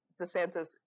DeSantis